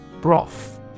Broth